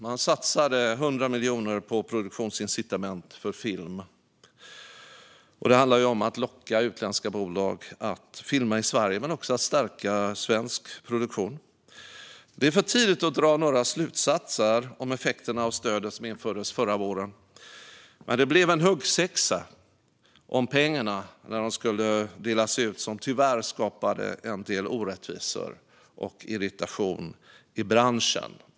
Man satsade 100 miljoner på produktionsincitament för film för att locka utländska bolag att filma i Sverige och för att också stärka svensk produktion. Det är för tidigt att dra några slutsatser om effekterna av stödet som infördes förra våren. Men det blev en huggsexa om pengarna när de skulle delas ut, vilket tyvärr skapade en del orättvisor och irritation i branschen.